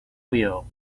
fell